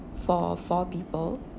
for four people